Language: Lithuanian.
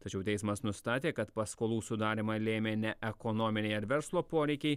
tačiau teismas nustatė kad paskolų sudarymą lėmė ne ekonominiai ar verslo poreikiai